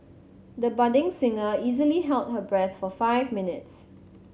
the budding singer easily held her breath for five minutes